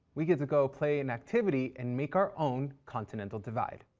we get to go play an activity and make our own continental divide.